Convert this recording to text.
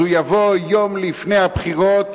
אז הוא יבוא יום לפני הבחירות,